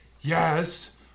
Yes